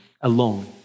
alone